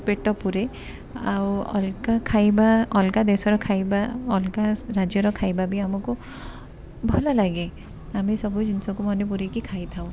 ପେଟ ପୁରେ ଆଉ ଅଲଗା ଖାଇବା ଅଲଗା ଦେଶର ଖାଇବା ଅଲଗା ରାଜ୍ୟର ଖାଇବା ବି ଆମକୁ ଭଲ ଲାଗେ ଆମେ ସବୁ ଜିନିଷ ମନ ପୁରାଇକି ଖାଇଥାଉ